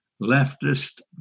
leftist